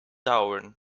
dauern